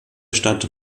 stadt